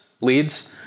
leads